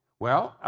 well,